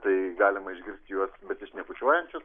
tai galima išgirsti juos besišnekučiuojančius